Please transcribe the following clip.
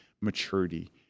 maturity